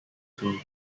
two